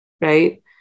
right